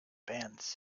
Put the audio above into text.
bands